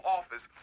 Office